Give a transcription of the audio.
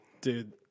Dude